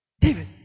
David